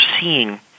seeing